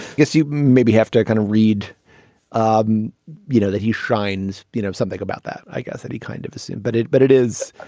you maybe have to kind of read um you know that he shines. you know something about that i guess that he kind of is in but it but it is.